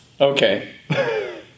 Okay